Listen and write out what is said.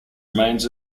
remains